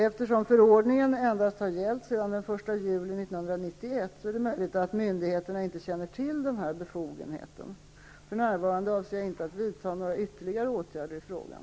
Eftersom förordningen endast har gällt sedan den 1 juli 1991 är det möjligt att myndigheterna inte känner till den här befogenheten. För närvarande avser jag inte att vidta några ytterligare åtgärder i frågan.